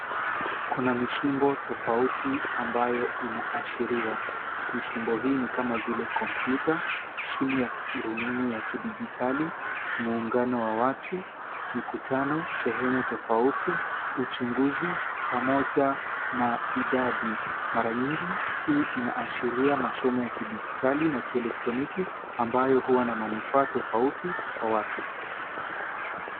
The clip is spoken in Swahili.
Kuna misimbo tofauti ambayo inaashiriwa. Misimbo hii ni kama vile kompyuta, simu ya rununu ya kidijitali, mungano wa watu, mikutano, sehemu tofauti, uchunguzi, pamoja na idadi. Mara nyingi hii inaashiria masomo ya kidijitali na kielektroniki ambayo huwa na manufaa tofauti kwa watu.